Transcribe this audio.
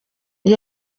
ubu